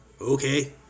Okay